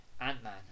Ant-Man